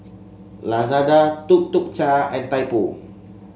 Lazada Tuk Tuk Cha and Typo